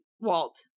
Walt